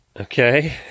Okay